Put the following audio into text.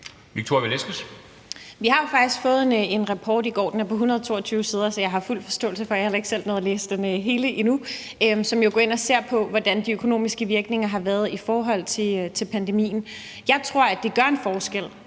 Victoria Velasquez (EL): Vi har faktisk fået en rapport i går – den er på 122 sider, og jeg har heller ikke selv nået at læse den hele endnu, så det har jeg fuld forståelse for – som jo går ind og ser på, hvordan de økonomiske virkninger har været i forhold til pandemien. Jeg tror, at det gør en forskel,